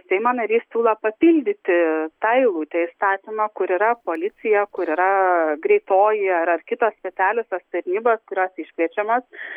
seimo narys siūlo papildyti tą eilutę įstatymo kur yra policija kur yra greitoji ar ar kitos specialiosios tarnybos kurios iškviečiamos